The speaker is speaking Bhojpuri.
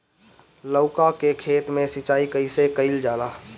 लउका के खेत मे सिचाई कईसे कइल जाला?